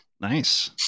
nice